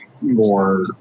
more